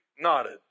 nodded